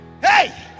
hey